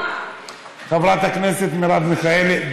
חברת הכנסת מרב מיכאלי,